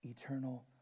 eternal